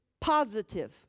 positive